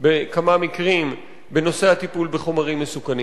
בכמה מקרים בנושא הטיפול בחומרים מסוכנים.